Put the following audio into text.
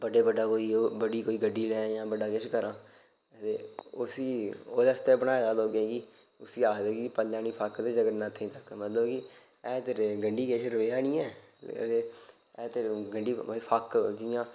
ं